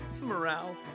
morale